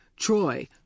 Troy